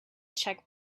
check